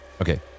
Okay